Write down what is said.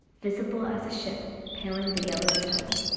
visible as a ship, paling the yellow stubble?